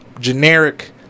generic